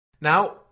now